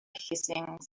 hissing